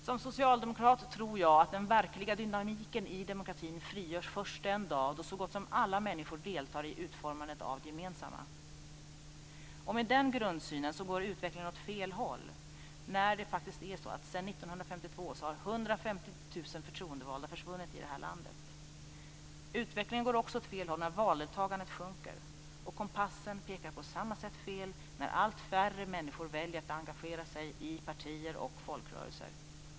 Som socialdemokrat tror jag att den verkliga dynamiken i demokratin frigörs först den dag då så gott som alla människor deltar i utformandet av det gemensamma. Med den grundsynen går utvecklingen åt fel håll. Sedan 1952 har 150 000 förtroendevalda försvunnit i det här landet. Utvecklingen går också åt fel håll när valdeltagandet sjunker. Kompassen pekar på samma sätt fel när allt färre människor väljer att engagera sig i partier och folkrörelser.